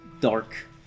dark